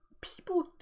people